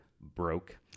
broke